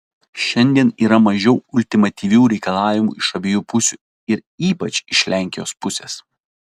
šiandien yra mažiau ultimatyvių reikalavimų iš abiejų pusių ir ypač iš lenkijos pusės